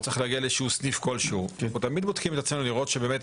אנחנו תמיד בודקים את עצמנו לראות שבאמת